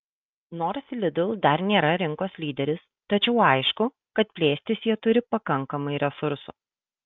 nors lidl dar nėra rinkos lyderis tačiau aišku kad plėstis jie turi pakankamai resursų